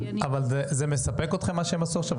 זה מספק אתכם מה שהם עשו עכשיו,